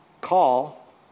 Call